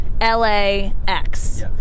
LAX